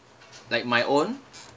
like my own